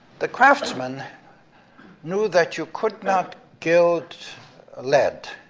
the craftsmen knew that you could not guild lead,